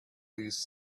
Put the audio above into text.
please